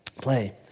play